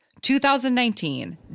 2019